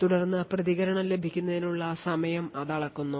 തുടർന്ന് പ്രതികരണം ലഭിക്കുന്നതിനുള്ള സമയം ഇത് അളക്കുന്നു